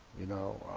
you know.